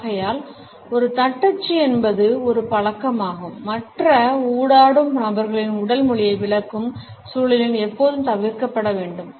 ஆகையால் ஒரு தட்டச்சு என்பது ஒரு பழக்கமாகும் மற்ற ஊடாடும் நபர்களின் உடல் மொழியை விளக்கும் சூழலில் எப்போதும் தவிர்க்கப்பட வேண்டும்